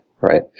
right